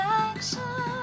action